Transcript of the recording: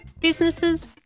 businesses